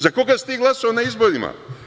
Za koga si ti glasao na izborima?